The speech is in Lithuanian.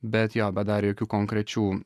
bet jo bet dar jokių konkrečių